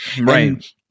Right